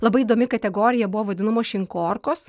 labai įdomi kategorija buvo vadinamos šinkorkos